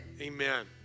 Amen